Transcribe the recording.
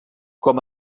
com